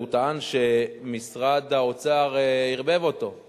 והוא טען שמשרד האוצר "ערבב" אותו,